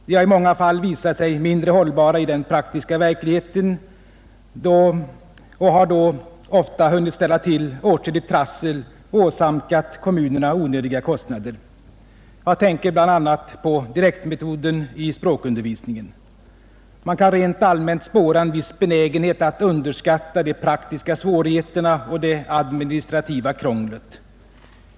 De har i många fall visat sig mindre hållbara i den praktiska verkligheten och har då ofta hunnit ställa till åtskilligt trassel och åsamkat kommunerna onödiga kostnader. Jag tänker på bl.a. direktmetoden i språkundervisningen. Man kan rent allmänt spåra en viss benägenhet att underskatta de praktiska svårigheterna och det administrativa krånglet.